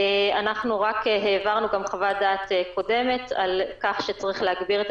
אנחנו העברנו גם חוות דעת קודמת על כך שצריך להגביר את